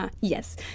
yes